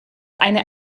eine